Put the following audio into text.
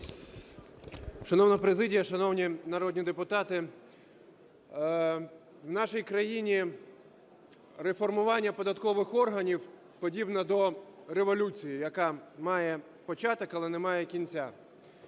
Шановна президія, шановні народні депутати, у нашій країні реформування податкових органів подібне до революції, яка має початок, але не має кінця.